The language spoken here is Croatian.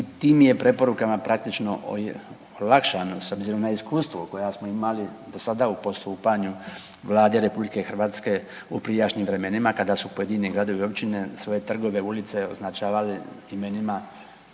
i tim je preporukama praktično olakšano, s obzirom na iskustvo koja smo imali do sada u postupanju Vlade RH u prijašnjim vremenima, kada su pojedini gradovi i općine svoje trgove, ulice, označavali imenima osoba